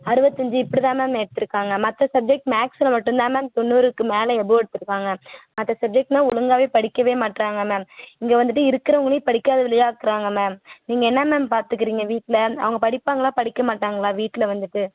அறுபத்தஞ்சி இப்படிதான் மேம் எடுத்துருக்காங்க மற்ற சப்ஜெக்ட் மேக்ஸில் மட்டும்தான் மேம் தொண்ணூறுக்கு மேலே எபோவ் எடுத்துருக்காங்க மற்ற சப்ஜெக்டெலாம் ஒழுங்காவே படிக்கவே மாட்டேறாங்க மேம் இங்கே வந்துட்டு இருக்கிறவங்களையும் படிக்காத வழியா ஆக்கறாங்க மேம் நீங்கள் என்ன மேம் பார்த்துக்கிறீங்க வீட்டில் அவங்க படிப்பாங்களா படிக்க மாட்டாங்களா வீட்டில் வந்துவிட்டு